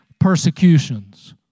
Persecutions